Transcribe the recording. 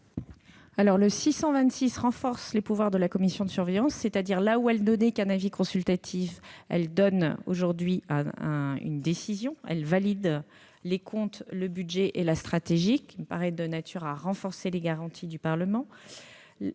à remplacer renforcent les pouvoirs de la commission de surveillance. Là où elle ne donnait qu'un avis consultatif, elle prend aujourd'hui une décision, valide les comptes, le budget et la stratégie, ce qui me paraît de nature à consolider les garanties du Parlement.